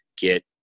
get